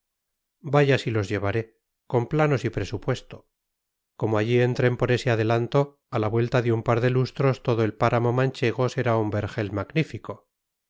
vaya si los llevaré con planos y presupuesto como allí entren por ese adelanto a la vuelta de un par de lustros todo el páramo manchego será un vergel magnífico